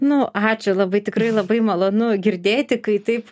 nu ačiū labai tikrai labai malonu girdėti kai taip